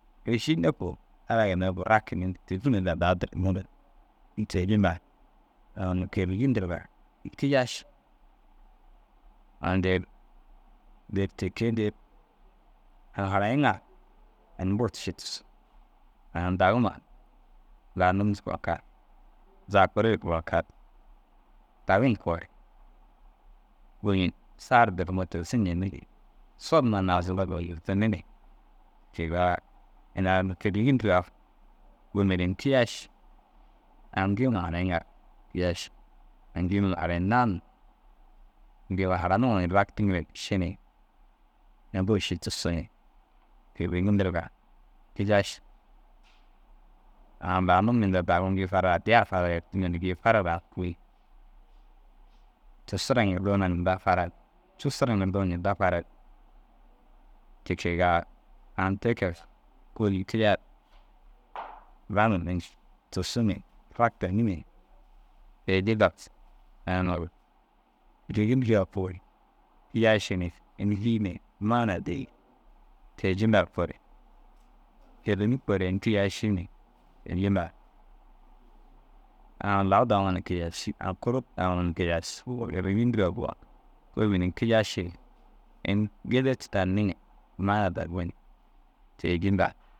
Êrišiine koo ara ginna ru buru rakinni tôlufun ille daa dirnnoore. Ini te- u jillar ai unnu kêregi ndiriga ini kijai ši. Aŋ dêri dêr ti kee dêr hara harayiŋa ini buru ši tussu. Aŋ daguma laa num zaga kuri woo kal. saa ru durummoo tigisu cenni ni sod huma naazugoo giyiitinni ni kegaa ini a unnu kêregi ndiriga buru mire ini kiyai ši. Aŋ gêema hanayiŋa ru kiyai ši, aŋ gêema huma harayinnaa na gêema haranuŋoo ini raktiŋire ni ši ni ini buru ši tussu ni. Kêregi ndiriga kijai ši aŋ laa num inda dagum gii farar addiya ru fara ru yertime ni gii fara ru awa mûkii. Tussu raa ŋirdoo na ninda fara ni cussu raa ŋirdoo ni ninda fara ni. Ti kegaa aŋ te kee ru kôoli kiyaar raŋime na ši tussu ni raktinni ni. Te- i jillar kiyai ši ni ini bîi ni maana dii. Te- i jillar koo re kêregi koo re ini kiyai ši ni ini jilla a aŋ lau daŋo ni kayai ši aŋ kuri daŋoo na kiyai ši. kôomil ini kiyai ši ini girekti danni ni maana dar bu ni te- i jilla